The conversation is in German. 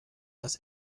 das